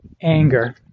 anger